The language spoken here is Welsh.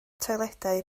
toiledau